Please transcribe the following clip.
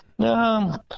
No